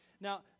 Now